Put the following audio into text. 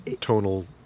tonal